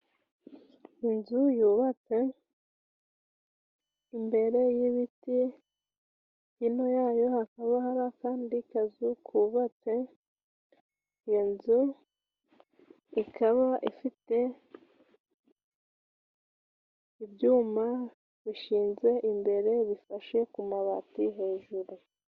Inzu yubatse imbere y'ibiti, hino yayo hakaba hari akandi kazu kubatse. Inzu ikaba ifite ibyuma bishinze imbere, bifashe ku mabati hejuru.